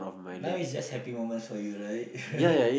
now is just happy moments for you right